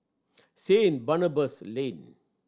Saint Barnabas Lane